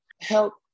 Help